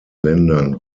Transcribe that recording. ländern